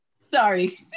Sorry